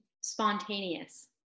spontaneous